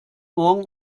morgen